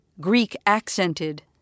Greek-accented